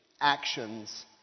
actions